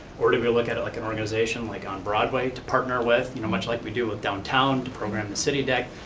or do we look at like an organization, like on broadway, to partner with, you know much like we do with downtown to program the city deck,